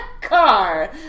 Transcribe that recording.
car